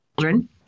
children